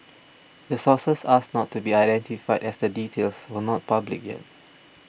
the sources asked not to be identified as the details were not public yet